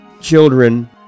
children